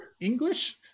English